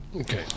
Okay